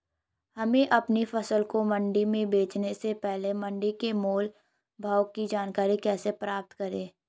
हमें अपनी फसल को मंडी में बेचने से पहले मंडी के मोल भाव की जानकारी कैसे पता करें?